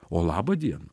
o laba diena